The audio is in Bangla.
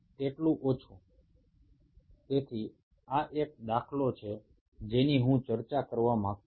সুতরাং এই বিষয়টি নিয়েই আমি আলোচনা করতে চাইছিলাম